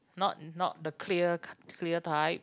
not not the clear clear type